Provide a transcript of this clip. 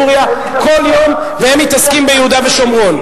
בסוריה כל יום, והם מתעסקים ביהודה ושומרון.